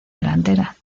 delantera